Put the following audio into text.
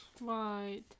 right